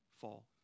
fall